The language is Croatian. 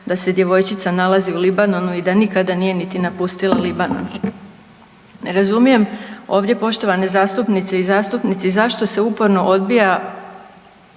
da se djevojčica nalazi u Libanonu i da nikada nije ni napustila Libanon. Ne razumijem ovdje poštovane zastupnice i zastupnici zašto se uporno odbija